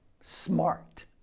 Smart